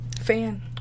fan